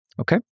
Okay